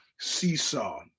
Seesaw